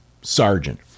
sergeant